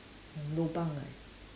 and lobang right